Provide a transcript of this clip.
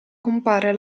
compare